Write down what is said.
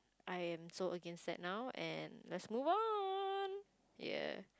I am so against that now and let's move on ya